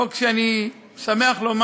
חוק שאני שמח לומר,